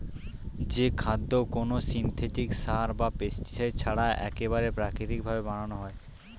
যে খাদ্য কোনো সিনথেটিক সার বা পেস্টিসাইড ছাড়া একবারে প্রাকৃতিক ভাবে বানানো হয়